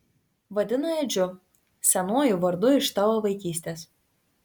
vadina edžiu senuoju vardu iš tavo vaikystės